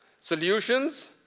solutions?